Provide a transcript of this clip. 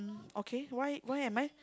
okay why why am I